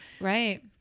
Right